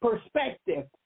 perspective